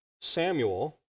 Samuel